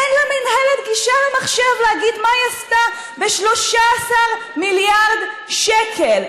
אין למינהלת גישה למחשב להגיד מה היא עשתה ב-13 מיליארד שקל.